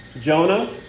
Jonah